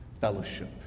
fellowship